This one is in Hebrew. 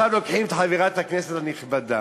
ועכשיו לוקחים את חברת הכנסת הנכבדה,